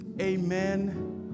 Amen